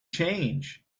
change